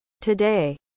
Today